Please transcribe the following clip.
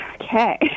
okay